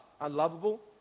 unlovable